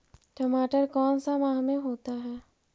टमाटर कौन सा माह में होता है?